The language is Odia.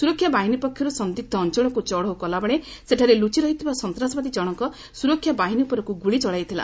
ସୁରକ୍ଷା ବାହିନୀ ପକ୍ଷରୁ ସନ୍ଦିଗ୍ଧ ଅଞ୍ଚଳକୁ ଚଢ଼ଉ କଲାବେଳେ ସେଠାରେ ଲୁଚି ରହିଥିବା ସନ୍ତାସବାଦୀ ଜଣଙ୍କ ସୁରକ୍ଷା ବାହିନୀ ଉପରକୁ ଗୁଳି ଚଳାଇଥିଲା